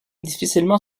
difficilement